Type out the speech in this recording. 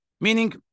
Meaning